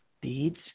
beads